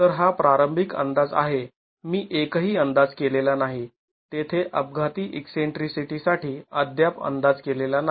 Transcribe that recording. तर हा प्रारंभिक अंदाज आहे मी एकही अंदाज केलेला नाही तेथे अपघाती ईकसेंट्रीसिटी साठी अद्याप अंदाज केलेला नाही